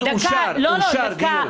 אושר דיון.